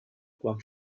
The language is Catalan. quan